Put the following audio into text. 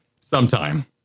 Sometime